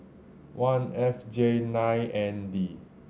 one F J nine N D